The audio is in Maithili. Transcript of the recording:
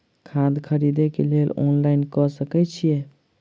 खाद खरीदे केँ लेल ऑनलाइन कऽ सकय छीयै?